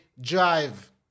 drive